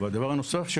בנוסף,